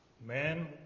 Man